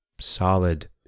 solid